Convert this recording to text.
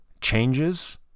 changes